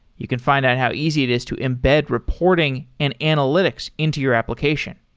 you can find out how easy it is to embed reporting and analytics into your application.